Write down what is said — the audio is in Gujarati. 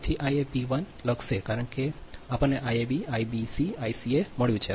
તેથી Iabl લખશે કારણ કે આપણને Iab Ibc Ica મળ્યું છે